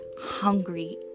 hungry